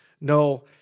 No